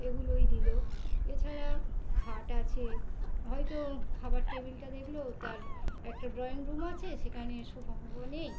এগুলোই দিলো এছাড়া খাট আছে হয়তো খাবার টেবিলটা দেখলো তার একটা ড্রয়িং রুম আছে সেখানে সোফা ফোফা নেই